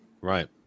Right